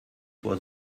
was